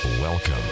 Welcome